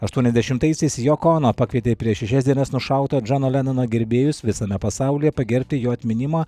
aštuoniasdešimtaisiais joko ono pakvietė prieš šešias dienas nušauto džono lenono gerbėjus visame pasaulyje pagerbti jo atminimą